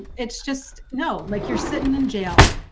it's just know like you're sitting in jail,